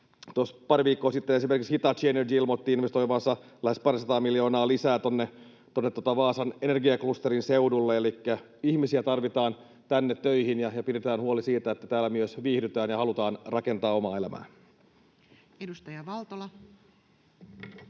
pari viikkoa sitten esimerkiksi Hitachi Energy ilmoitti investoivansa lähes parisataa miljoonaa lisää Vaasan energiaklusterin seudulle. Elikkä ihmisiä tarvitaan tänne töihin, ja pidetään huoli siitä, että täällä myös viihdytään ja halutaan rakentaa omaa elämää. Edustaja Valtola.